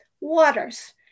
Waters